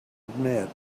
admit